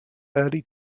early